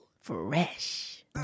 Fresh